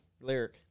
Lyric